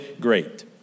great